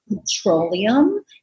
petroleum